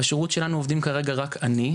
בשירות שלנו עובדים כרגע רק אני,